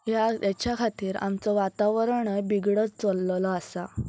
ह्या हेच्या खातीर आमचो वातावरणय बिगडत चललेलो आसा